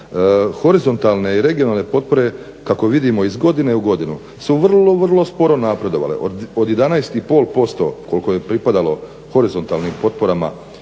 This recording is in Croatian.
Horizontalne i regionalne potpore kako vidimo iz godine u godinu su vrlo, vrlo sporo napredovale. Od 11,5% koliko je pripadalo horizontalnim potporama